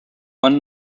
one